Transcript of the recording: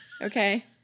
Okay